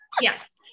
Yes